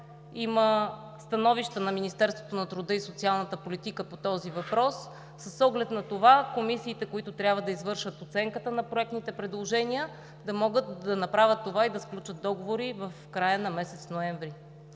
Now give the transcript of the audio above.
Има становища на Министерството на труда и социалната политика по този въпрос. С оглед на това комисиите, които трябва да извършат оценката на проектните предложения, да могат да направят това и да сключат договори в края на месец ноември.